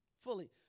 Fully